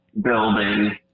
building